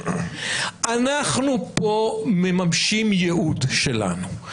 אנחנו פה מממשים ייעוד שלנו.